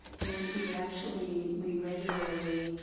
and we actually, we regularly,